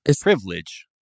privilege